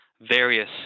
various